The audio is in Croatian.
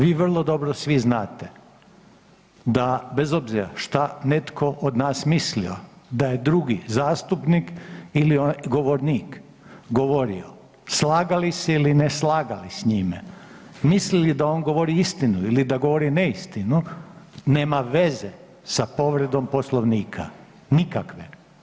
Vi vrlo dobro svi znate da bez obzira što netko od nas mislio da je drugi zastupnik ili govornik govorio, slagali se ili ne slagali s njime, mislili da on govori istinu ili da govori neistinu nema veze sa povredom Poslovnika nikakve.